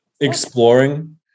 exploring